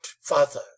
father